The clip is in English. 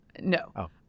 No